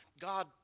God